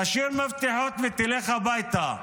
תשאיר מפתחות ותלך הביתה.